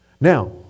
Now